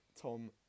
Tom